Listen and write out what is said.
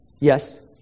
yes